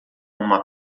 uma